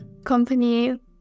company